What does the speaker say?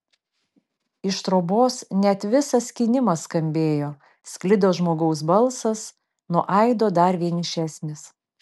iš trobos net visas skynimas skambėjo sklido žmogaus balsas nuo aido dar vienišesnis